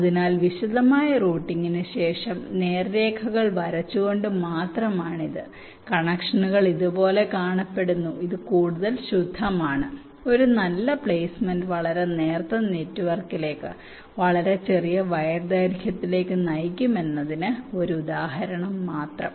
അതിനാൽ വിശദമായ റൂട്ടിംഗിന് ശേഷം നേർരേഖകൾ വരച്ചുകൊണ്ട് മാത്രമാണ് ഇത് കണക്ഷനുകൾ ഇതുപോലെ കാണപ്പെടുന്നു ഇത് കൂടുതൽ ശുദ്ധമാണ് ഒരു നല്ല പ്ലെയ്സ്മെന്റ് വളരെ നേർത്ത നെറ്റ്വർക്കിലേക്ക് വളരെ ചെറിയ വയർ ദൈർഘ്യത്തിലേക്ക് നയിക്കുമെന്നതിന് ഒരു ഉദാഹരണം മാത്രം